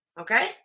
Okay